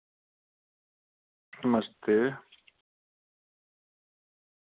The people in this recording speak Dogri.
नमस्ते